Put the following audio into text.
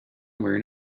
wearing